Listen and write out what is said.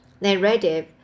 narrative